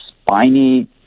spiny